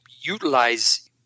utilize